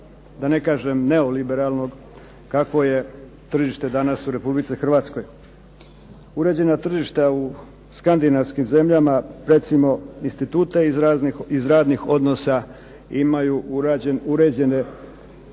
da ne kažem neoliberalnog kako je tržište danas u Republici Hrvatskoj. Uređena tržišta u skandinavskim zemljama recimo institute iz radnih odnosa imaju uređene